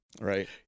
Right